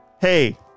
hey